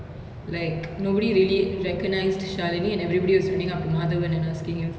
like nobody really recognised shalini and everybody was running up to madhavan and asking him for